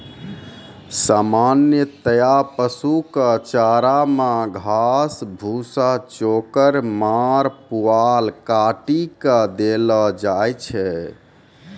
सामान्यतया पशु कॅ चारा मॅ घास, भूसा, चोकर, माड़, पुआल काटी कॅ देलो जाय छै